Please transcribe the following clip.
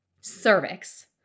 cervix